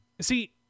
See